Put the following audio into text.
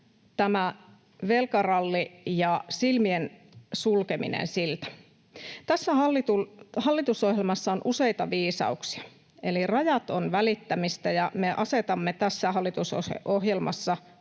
velkaralli ja silmien sulkeminen siltä. Tässä hallitusohjelmassa on useita viisauksia. Rajat ovat välittämistä, ja me asetamme tässä hallitusohjelmassa